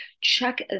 check